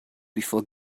before